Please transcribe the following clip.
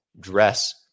dress